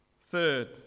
Third